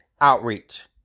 outreach